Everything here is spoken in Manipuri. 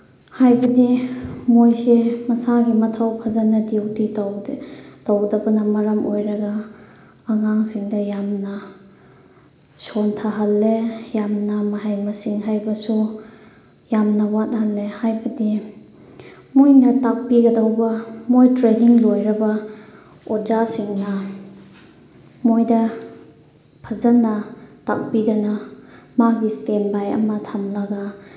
ꯍꯥꯏꯕꯗꯤ ꯃꯣꯏꯁꯦ ꯃꯁꯥꯒꯤ ꯃꯊꯧ ꯐꯖꯅ ꯗ꯭ꯌꯨꯇꯤ ꯇꯧꯗꯦ ꯇꯧꯗꯕꯅ ꯃꯔꯝ ꯑꯣꯏꯔꯒ ꯑꯉꯥꯡꯁꯤꯡꯗ ꯌꯥꯝꯅ ꯁꯣꯟꯊꯍꯜꯂꯦ ꯌꯥꯝꯅ ꯃꯍꯩ ꯃꯁꯤꯡ ꯍꯩꯕꯁꯨ ꯌꯥꯝꯅ ꯋꯥꯠꯍꯜꯂꯦ ꯍꯥꯏꯕꯗꯤ ꯃꯣꯏꯅ ꯇꯥꯛꯄꯤꯒꯗꯧꯕ ꯃꯣꯏ ꯇ꯭ꯔꯦꯅꯤꯡ ꯂꯣꯏꯔꯕ ꯑꯣꯖꯥꯁꯤꯡꯅ ꯃꯣꯏꯗ ꯐꯖꯅ ꯇꯥꯛꯄꯤꯗꯅ ꯃꯥꯒꯤ ꯏꯁꯇꯦꯟ ꯕꯥꯏ ꯑꯃ ꯊꯝꯂꯒ